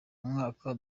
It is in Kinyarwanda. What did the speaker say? umwaka